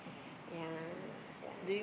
ya ya